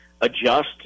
adjust